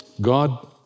God